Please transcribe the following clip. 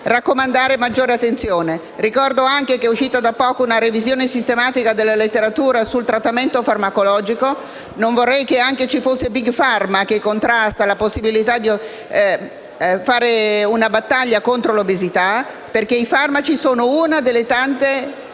raccomandare maggiore attenzione. Ricordo anche che è uscita da poco una revisione sistematica della letteratura sul trattamento farmacologico. Non vorrei che ci fosse anche Big Pharma che contrasta la possibilità di fare una battaglia contro l'obesità, perché i farmaci sono una dei tanti strumenti che